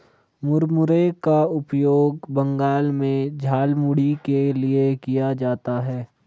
मुरमुरे का उपयोग बंगाल में झालमुड़ी के लिए किया जाता है